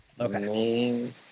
okay